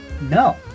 No